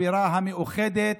הבירה המאוחדת,